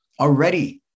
Already